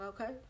Okay